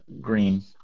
green